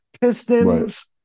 Pistons